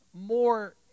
more